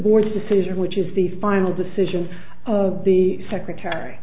board's decision which is the final decision of the secretary